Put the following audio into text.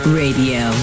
radio